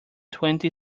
twenty